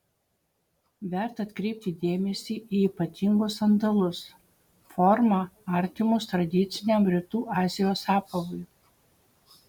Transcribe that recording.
verta atkreipti dėmesį į ypatingus sandalus forma artimus tradiciniam rytų azijos apavui